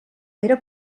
era